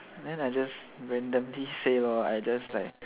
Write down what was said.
then I just randomly say uh I just like